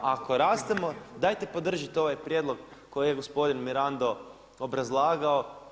Ako rastemo dajte podržite ovaj prijedlog koji je gospodin Mirando obrazlagao.